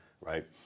right